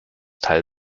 teil